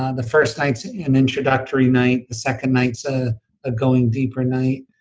and the first night's an introductory night, the second night's a ah going deeper night,